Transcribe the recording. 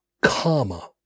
comma